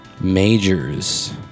Majors